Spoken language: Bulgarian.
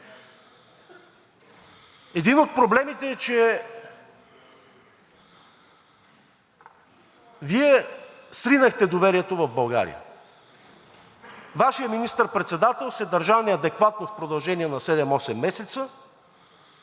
Един от проблемите е, че Вие сринахте доверието в България. Вашият министър-председател се държа неадекватно в продължение на 7 – 8 месеца